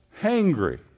hangry